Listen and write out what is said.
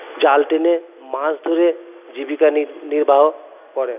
জাল টেনে মাছ ধরে জীবিকা নির্বাহ করে